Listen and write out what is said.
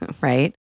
right